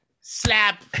Slap